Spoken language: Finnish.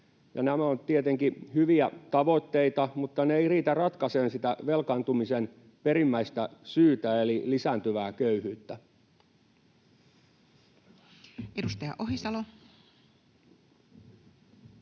nämä ovat tietenkin hyviä tavoitteita, mutta ne eivät riitä ratkaisemaan sitä velkaantumisen perimmäistä syytä eli lisääntyvää köyhyyttä. Edustaja Ohisalo.